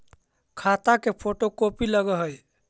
खाता के photo copy लगहै?